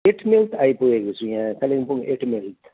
at mile आइपुगेको छु यहाँ कालेबुङ एट माइल्थ